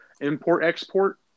import-export